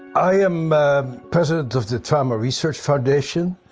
i am president of the trauma research foundation,